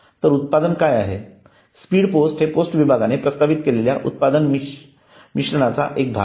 तर उत्पादन काय आहे स्पीड पोस्ट हे पोस्ट विभागाने प्रस्तावित केलेल्या उत्पादन मिश्रणाचा एक भाग आहे